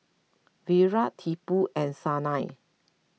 Virat Tipu and Sanal